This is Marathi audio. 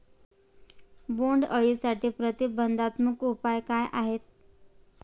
बोंडअळीसाठी प्रतिबंधात्मक उपाय काय आहेत?